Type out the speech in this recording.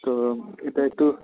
তো এটা একটু